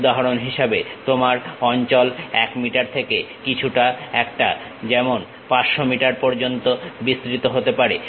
উদাহরণ হিসেবে তোমার অঞ্চল 1 মিটার থেকে কিছু একটা যেমন 500 মিটার পর্যন্ত বিস্তৃত হতে পারে